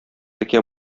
текә